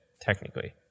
technically